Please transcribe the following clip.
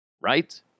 Right